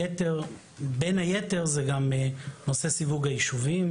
בין היתר זה גם נושא סיווג היישובים